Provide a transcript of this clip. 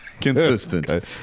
Consistent